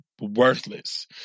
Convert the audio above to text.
worthless